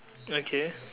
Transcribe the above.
okay